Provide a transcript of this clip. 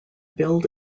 build